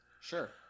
Sure